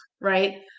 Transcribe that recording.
right